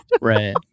Right